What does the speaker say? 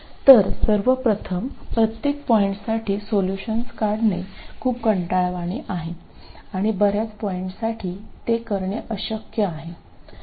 तर सर्वप्रथम प्रत्येक पॉईंटसाठी सोल्युशन काढणे खूप कंटाळवाणे आहे आणि बर्याच पॉईंटसाठी ते करणे अशक्य आहे